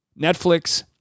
Netflix